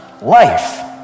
life